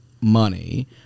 money